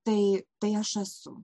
tai tai aš esu